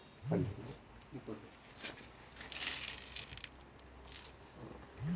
ಚಿಟ್ಟೆಗಳಿಂದ ಭತ್ತದ ತೆನೆಗಳನ್ನು ಹೇಗೆ ರಕ್ಷಣೆ ಮಾಡುತ್ತಾರೆ ಮತ್ತು ಮಲ್ಲಿಗೆ ತೋಟಕ್ಕೆ ಎಷ್ಟು ಸಲ ಔಷಧಿ ಹಾಕಬೇಕು?